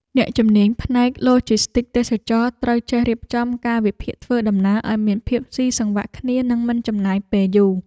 អ្នកជំនាញផ្នែកឡូជីស្ទីកទេសចរណ៍ត្រូវចេះរៀបចំកាលវិភាគធ្វើដំណើរឱ្យមានភាពស៊ីសង្វាក់គ្នានិងមិនចំណាយពេលយូរ។